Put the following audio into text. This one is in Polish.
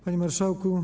Panie Marszałku!